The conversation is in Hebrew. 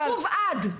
כתוב עד.